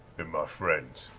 in my friends.